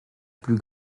plus